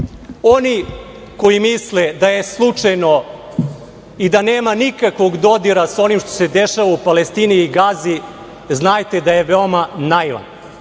oni koji misle da je slučajno i da nema nikakvog dodira sa onim što se dešava u Palestini i Gazi, znajte da je veoma naivan.